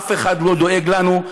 אף אחד לא דואג לנו.